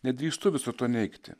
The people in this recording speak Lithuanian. nedrįstu viso to neigti